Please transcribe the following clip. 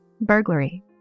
burglary